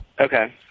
Okay